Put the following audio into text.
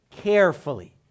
carefully